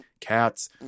cats